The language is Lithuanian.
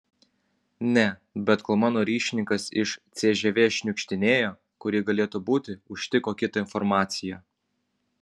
ne bet kol mano ryšininkas iš cžv šniukštinėjo kur ji galėtų būti užtiko kitą informaciją